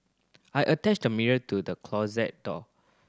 I attached the mirror to the closet door